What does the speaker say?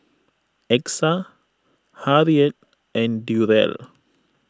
Exa Harriette and Durrell